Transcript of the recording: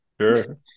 sure